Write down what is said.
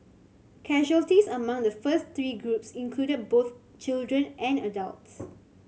casualties among the first three groups included both children and adults